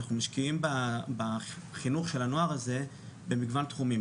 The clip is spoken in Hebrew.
אנחנו משקיעים בחינוך של הנוער הזה במגוון תחומים,